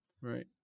right